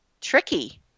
tricky